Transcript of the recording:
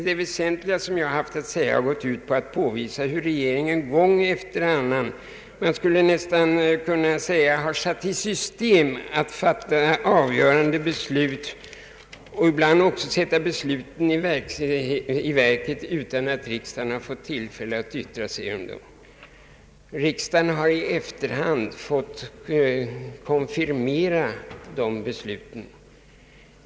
Det väsentliga som jag haft att säga har gått ut på att påvisa hur regeringen gång efter annan, man skulle nästan kunna säga har satt i system att fatta avgörande beslut och ibland även sätta besluten i verket utan att riksdagen fått tillfälle att yttra sig om dem. Riksdagen har i efterhand fått konfirmera dessa beslut.